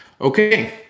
okay